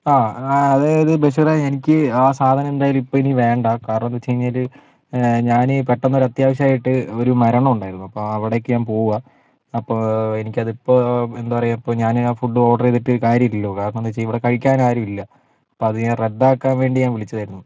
ആ അതായത് ബഷീറേ എനിക്ക് ആ സാധനെന്തായാലും ഇപ്പമിനി വേണ്ട കാരണന്താ വെച്ച് കഴിഞ്ഞാൽ ഞാൻ പെട്ടന്നൊരു അത്യാവശ്യമായിട്ട് ഒരു മരണമുണ്ടായിരുന്നു അപ്പോൾ അവിടേക്ക് ഞാൻ പോവാ അപ്പോൾ എനിക്കതിപ്പോൾ എന്താ പറയാ ഇപ്പോൾ ഞാൻ ഫുഡ് ഓർഡറ് ചെയ്തിട്ട് കാര്യമില്ലല്ലോ കാരണംന്ന് വെച്ചാൽ ഇവിടെ കഴിക്കാൻ ആരുവില്ല അപ്പോൾ അത് ഞാൻ റദ്ദാക്കാൻ വേണ്ടി ഞാൻ വിളിച്ചതായിരുന്നു